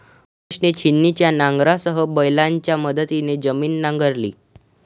महेशने छिन्नीच्या नांगरासह बैलांच्या मदतीने जमीन नांगरली